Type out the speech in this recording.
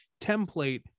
template